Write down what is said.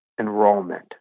enrollment